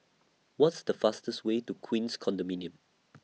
What's The fastest Way to Queens Condominium